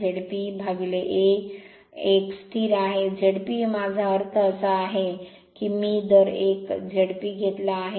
159 ZP A एक स्थिर आहे ZP माझा अर्थ असा आहे की मी दर एक ZP घेतला आहे